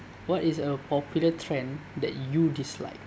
what is a popular trend that you dislike